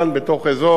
בתוך אזור,